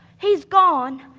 he's gone,